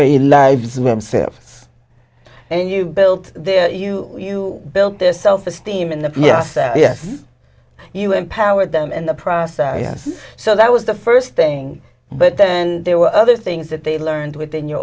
very lives when selfs and you build their you you build their self esteem in the process yes you empower them in the process so that was the first thing but then there were other things that they learned within your